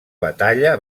batalla